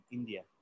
India